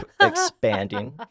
expanding